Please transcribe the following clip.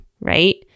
right